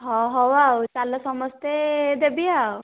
ଅ ହଉ ଆଉ ତାହେଲେ ସମସ୍ତେ ଦେବେ ଆଉ